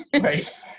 Right